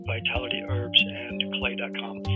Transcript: VitalityHerbsAndClay.com